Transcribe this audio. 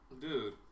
Dude